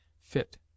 fit